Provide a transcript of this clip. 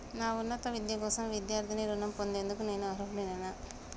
నా ఉన్నత విద్య కోసం విద్యార్థి రుణం పొందేందుకు నేను అర్హుడినేనా?